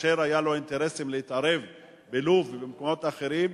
כאשר היו לו אינטרסים להתערב בלוב ובמקומות אחרים,